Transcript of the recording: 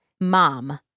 MOM